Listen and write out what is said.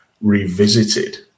revisited